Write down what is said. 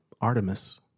Artemis